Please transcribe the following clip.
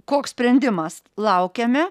koks sprendimas laukiame